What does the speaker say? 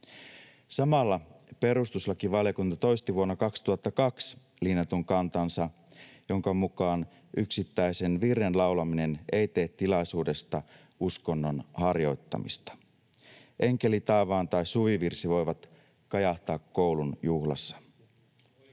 Samalla perustuslakivaliokunta toisti vuonna 2002 linjatun kantansa, jonka mukaan yksittäisen virren laulaminen ei tee tilaisuudesta uskonnon harjoittamista. Enkeli taivaan tai Suvivirsi voi kajahtaa koulun juhlassa.